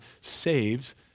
saves